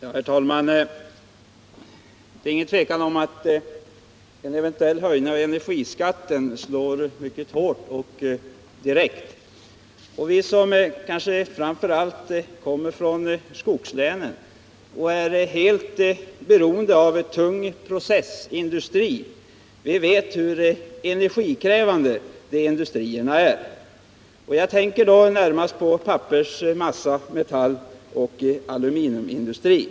Herr talman! Utan tvivel slår en eventuell höjning av energiskatten mycket hårt och direkt. Vi som kommer från skogslänen och är helt beroende av en tung processindustri vet hur energikrävande de industrierna är. Jag tänker närmast på pappers-, massa-, metalloch aluminiumindustrierna.